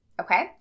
okay